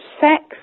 sex